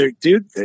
Dude